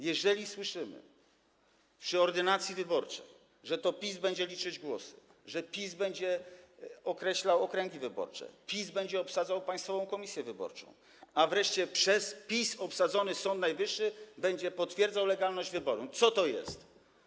Jeżeli słyszymy przy ordynacji wyborczej, że to PiS będzie liczyć głosy, że PiS będzie określał okręgi wyborcze, PiS będzie obsadzał Państwową Komisję Wyborczą, a wreszcie przez PiS obsadzony Sąd Najwyższy będzie potwierdzał legalność wyborów, to co to jest?